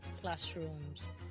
classrooms